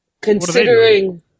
considering